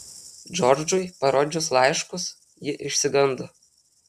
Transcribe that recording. džordžui parodžius laiškus ji išsigando